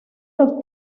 los